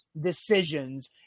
decisions